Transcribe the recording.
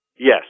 Yes